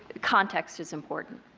context is important.